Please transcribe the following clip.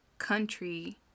country